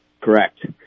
Correct